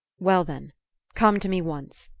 well, then come to me once,